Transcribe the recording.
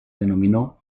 denominó